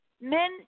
men